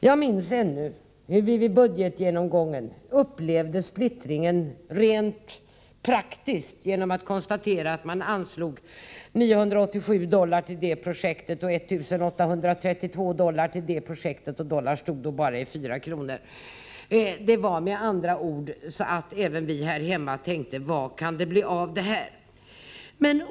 Jag minns ännu hur vi vid budgetgenomgången upplevde splittringen rent praktiskt genom att konstatera hur man anslog 987 dollar till ett projekt och 1 832 dollar till ett annat. Dollarn stod då bara i 4 kr. Det var med andra ord så att även vi här hemma tänkte: Vad kan det bli av detta?